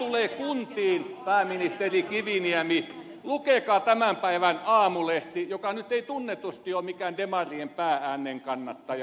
mitä tulee kuntiin pääministeri kiviniemi lukekaa tämän päivän aamulehti joka nyt ei tunnetusti ole mikään demarien pää äänenkannattaja